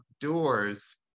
doors